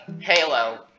Halo